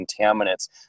contaminants